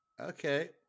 Okay